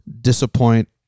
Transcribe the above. disappoint